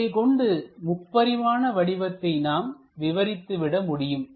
இவை கொண்டு முப்பரிமாண வடிவத்தை நாம் விவரித்து விட முடியும்